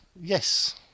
Yes